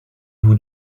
vous